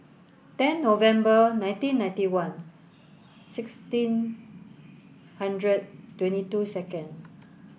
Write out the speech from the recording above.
ten November nineteen ninety one sixteen hundred twenty two second